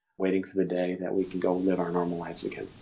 waiting for the day that we can go and live our normal lives again.